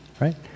right